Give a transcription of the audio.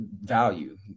value